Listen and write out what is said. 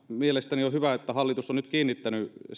mielestäni on hyvä että hallitus on nyt kiinnittänyt